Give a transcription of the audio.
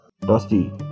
Dusty